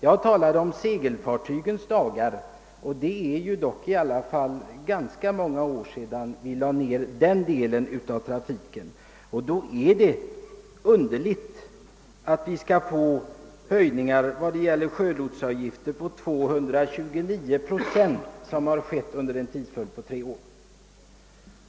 Jag talade om segelfartygens dagar, och det är dock många år sedan vi lade ned den delen av trafiken. Det är underligt att vidta höjningar på 229 procent av lotsavgifter under en tidsperiod av tre år.